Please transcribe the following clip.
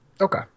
Okay